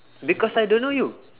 because I don't know you